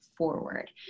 forward